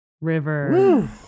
river